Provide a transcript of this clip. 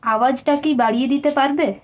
আওয়াজটা কি বাড়িয়ে দিতে পারবে